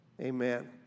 amen